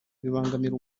bibangamira